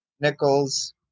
Nichols